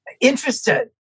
interested